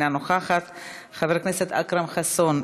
אינה נוכחת; חבר הכנסת אכרם חסון,